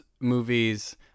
movies